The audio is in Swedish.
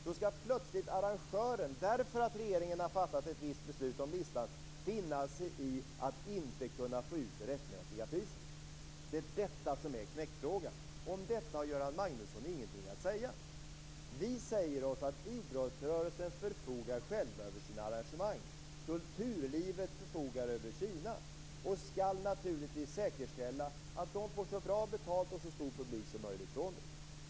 Då skall plötsligt arrangören, för att regeringen har fattat ett visst beslut om listan, finna sig i att inte kunna få ut det rättmätiga priset. Det är detta som är knäckfrågan, och om detta har Göran Magnusson ingenting att säga. Vi säger att idrottsrörelsen själv förfogar över sina arrangemang, liksom kulturlivet förfogar över sina. De skall naturligtvis säkerställa att de får så bra betalt och så stor publik som möjligt.